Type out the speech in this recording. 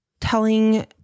telling